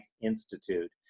Institute